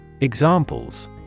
Examples